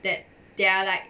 that they are like